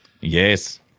Yes